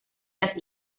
las